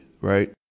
right